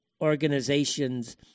organizations